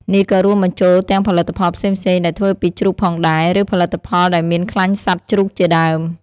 នេះក៏រួមបញ្ចូលទាំងផលិតផលផ្សេងៗដែលធ្វើពីជ្រូកផងដែរ ឬផលិតផលដែលមានខ្លាញ់សត្វជ្រូកជាដើម។